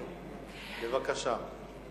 בבקשה.